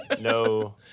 No